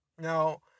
Now